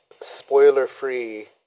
spoiler-free